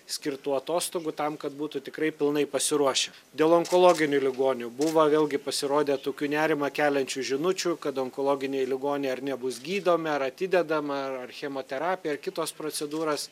skirtų atostogų tam kad būtų tikrai pilnai pasiruošę dėl onkologinių ligonių buvo vėlgi pasirodė tokių nerimą keliančių žinučių kad onkologiniai ligoniai ar nebus gydomi ar atidedama ar ar chemoterapija ar kitos procedūros